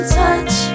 touch